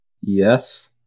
Yes